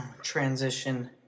transition